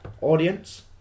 Audience